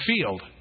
field